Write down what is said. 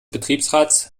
betriebsrats